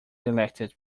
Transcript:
elected